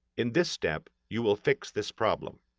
in this step you will fix this problem.